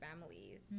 families